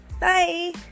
bye